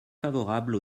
favorable